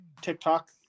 TikTok